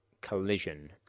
collision